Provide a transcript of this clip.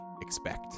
expect